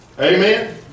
Amen